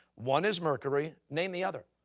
one is mercury. name the other.